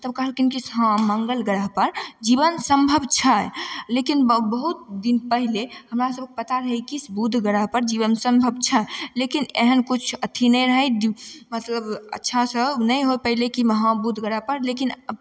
तब कहलखिन कि से हँ मङ्गल ग्रहपर जीवन सम्भव छै लेकिन ब बहुत दिन पहिले हमरा सभकेँ पता रहय की से बुध ग्रहपर जीवन सम्भव छै लेकिन एहन किछु अथी नहि रहय मतलब अच्छासँ नहि हो पयलै की हँ बुध ग्रहपर लेकिन